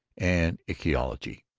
and ichthyology.